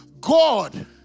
God